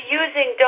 using